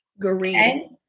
Green